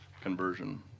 conversion